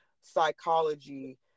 psychology